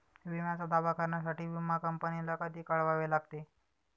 विम्याचा दावा करण्यासाठी विमा कंपनीला कधी कळवावे लागते?